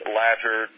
latter